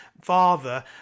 father